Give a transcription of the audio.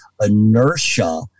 inertia